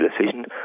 decision